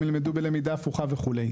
ילמדו בלמידה הפוכה וכו'.